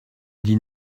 dit